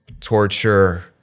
torture